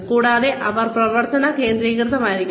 കൂടാതെ അവ പ്രവർത്തന കേന്ദ്രീകൃതമായിരിക്കണം